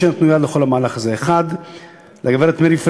שנתנו יד לכל המהלך הזה: לגברת מירי פרנקל,